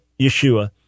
Yeshua